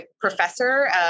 professor